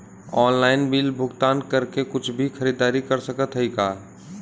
Online bill भुगतान करके कुछ भी खरीदारी कर सकत हई का?